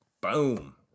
boom